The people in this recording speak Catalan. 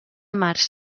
març